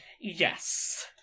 Yes